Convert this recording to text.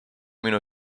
minu